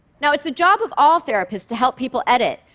now, it's the job of all therapists to help people edit,